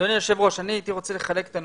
אדוני היושב-ראש, אני הייתי רוצה לחלק את הנושא.